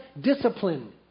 discipline